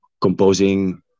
composing